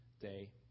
day